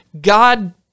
God